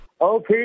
Okay